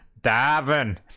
Davin